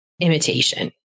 imitation